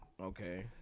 Okay